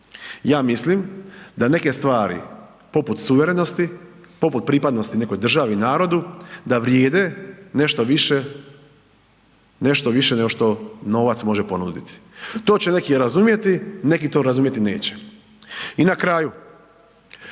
ja mislim da neke stvari poput suverenosti, poput pripadnosti nekoj državi, narodu da vrijede nešto više nego što novac može ponuditi. To će neki razumjeti, neki to razumjeti neće. I na kraju,